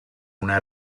una